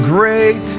Great